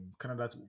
Canada